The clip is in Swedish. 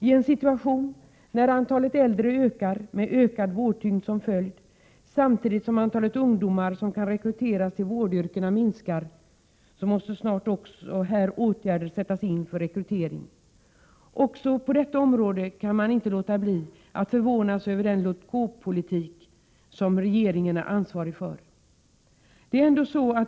I en situation när antalet äldre ökar, med ökad vårdtyngd som följd, samtidigt som antalet ungdomar som kan rekryteras till vårdyrkena minskar, måste åtgärder snart sättas in för rekrytering. Inte heller på detta område kan man låta bli att förvåna sig över den låt-gå-politik som regeringen är ansvarig för.